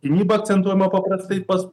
gynyba akcentuojama paprastai pas